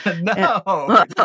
No